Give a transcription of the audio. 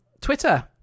Twitter